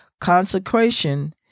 consecration